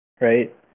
right